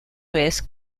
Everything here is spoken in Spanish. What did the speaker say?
vez